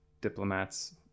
diplomats